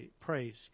praise